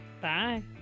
bye